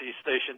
station